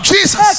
Jesus